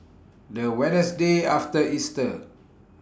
The Wednesday after Easter